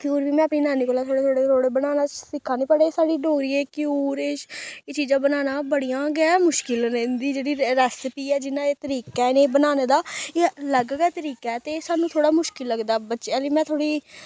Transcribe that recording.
घ्यूर बी में अपनी नानी कोला थोह्ड़े थोह्ड़े थोह्ड़े बनाना सिक्खा नी पर एह् साढ़ी डोगरी एह् घ्यूर एह् एह् चीजां बनाना बड़ियां गै मुश्कल न इं'दी जेह्ड़ी रेसपी ऐ जिन्ना एह् तरीका ऐ इ'नेंगी बनाने दा एह् अलग गै तरीका ते ऐ सानूं थोह्ड़ा मुश्किल लगदा बच्चे हल्ली में थोह्ड़ी